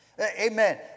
Amen